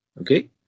okay